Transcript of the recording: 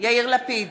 יאיר לפיד,